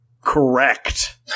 correct